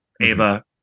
Ava